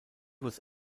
was